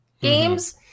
games